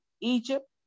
Egypt